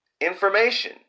information